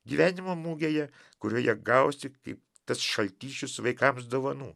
gyvenimo mugėje kurioje gausi kaip tas šaltišius vaikams dovanų